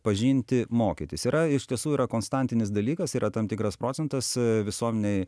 pažinti mokytis yra iš tiesų yra konstantinis dalykas yra tam tikras procentas visuomenėj